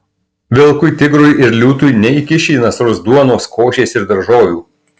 vilkui tigrui ir liūtui neįkiši į nasrus duonos košės ir daržovių